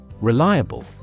Reliable